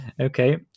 Okay